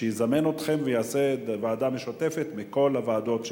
שיזמן אתכם ויעשה ועדה משותפת מכל הוועדות שהצגתם.